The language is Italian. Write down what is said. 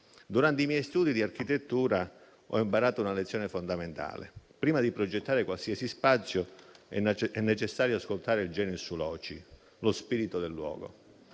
Durante i miei studi di architettura ho imparato una lezione fondamentale: prima di progettare qualsiasi spazio, è necessario ascoltare il *genius loci*, lo spirito del luogo.